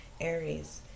Aries